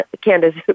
Candace